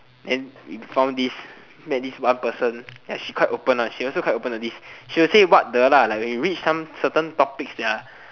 and you found this then this one person ya she quite open then she quite open to this she will say what the when we reach certain topics to this